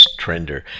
trender